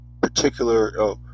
particular –